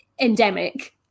endemic